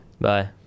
Bye